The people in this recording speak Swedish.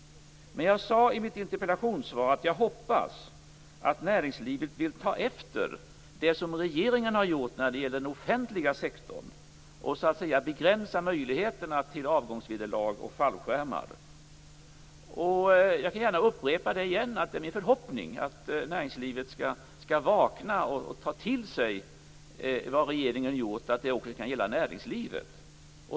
Men jag sade i mitt interpellationssvar att jag hoppas att näringslivet vill ta efter det som regeringen har gjort när det gäller den offentliga sektorn och så att säga begränsa möjligheterna till avgångsvederlag och fallskärmar. Jag kan gärna upprepa det igen: Det är min förhoppning att näringslivet skall vakna och ta till sig vad regeringen har gjort och att detta också kan gälla näringslivet.